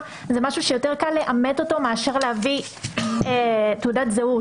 זה משהו שיותר קל לאמת מאשר להביא תעודת זהות,